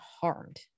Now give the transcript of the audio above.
harmed